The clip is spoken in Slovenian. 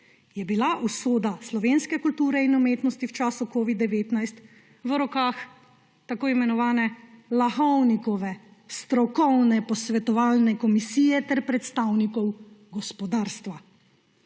je bila usoda slovenske kulture in umetnosti v času covid-19 v rokah tako imenovane Lahovnikove strokovne posvetovalne komisije ter predstavnikov gospodarstva.